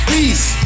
Peace